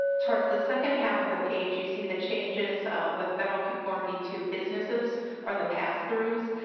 towards the second half of the page you see the changes with federal conformity to businesses or the pass-throughs.